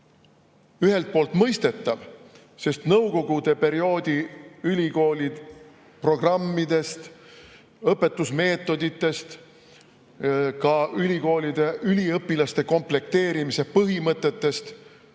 ühelt poolt mõistetav. Nõukogude perioodi ülikoolide programmidest, õpetusmeetoditest, ka ülikoolide üliõpilaskonna komplekteerimise põhimõtetest